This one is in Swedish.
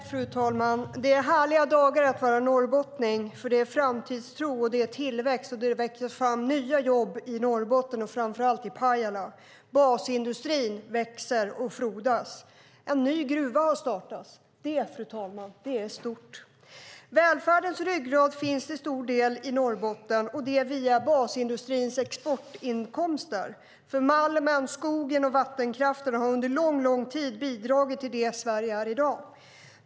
Fru talman! Det är härliga dagar att vara norrbottning, för det är framtidstro, det är tillväxt, och det växer fram nya jobb i Norrbotten och framför allt i Pajala. Basindustrin växer och frodas. En ny gruva har startat. Det, fru talman, är stort. Välfärdens ryggrad finns till stor del i Norrbotten, och det är via basindustrins exportinkomster, för malmen, skogen och vattenkraften har under lång tid bidragit till det Sverige är i dag.